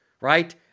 right